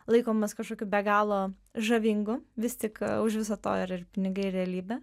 laikomas kažkokiu be galo žavingu vis tik už viso to ir ir pinigai ir realybė